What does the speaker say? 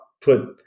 put